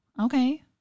Okay